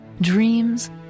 dreams